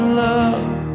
love